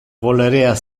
volerea